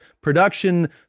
production